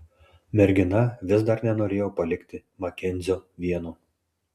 mergina vis dar nenorėjo palikti makenzio vieno